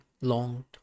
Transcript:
long